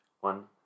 one